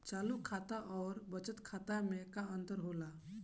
चालू खाता अउर बचत खाता मे का अंतर होला?